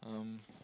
um